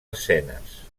escenes